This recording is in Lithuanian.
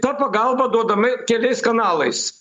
ta pagalba duodama keliais kanalais